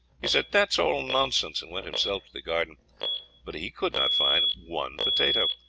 he said, that's all nonsense, and went himself to the garden but he could not find one potato.